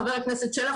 חבר הכנסת שלח,